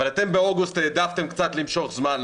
אבל אתם באוגוסט העדפתם למשוך זמן,